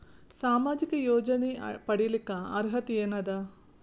ಸಾಮಾಜಿಕ ಯೋಜನೆ ಪಡಿಲಿಕ್ಕ ಅರ್ಹತಿ ಎನದ?